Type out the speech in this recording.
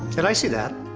and i see that.